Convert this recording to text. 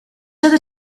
other